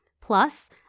Plus